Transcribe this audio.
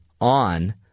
on